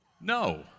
No